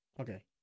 Okay